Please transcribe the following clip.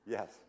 Yes